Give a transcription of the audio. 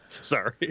Sorry